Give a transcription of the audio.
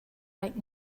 right